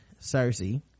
cersei